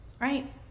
right